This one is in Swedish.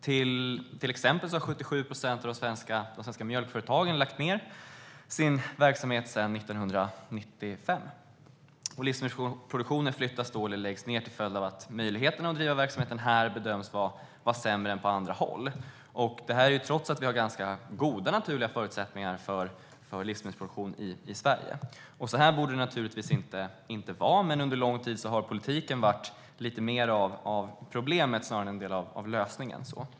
Till exempel har 77 procent av de svenska mjölkföretagen lagt ned sin verksamhet sedan 1995. Livsmedelsproduktionen flyttas eller läggs ned till följd av att möjligheten att bedriva verksamheten här bedöms vara sämre än på andra håll, trots att vi har ganska goda naturliga förutsättningar för livsmedelsproduktion i Sverige. Så här borde det naturligtvis inte vara, men under lång tid har politiken varit lite mer en del av problemet snarare än en del av lösningen.